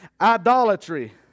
idolatry